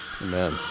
amen